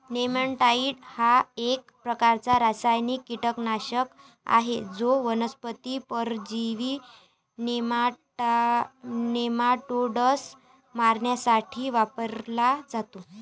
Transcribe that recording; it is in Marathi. नेमॅटाइड हा एक प्रकारचा रासायनिक कीटकनाशक आहे जो वनस्पती परजीवी नेमाटोड्स मारण्यासाठी वापरला जातो